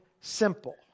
simple